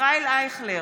ישראל אייכלר,